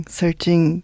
searching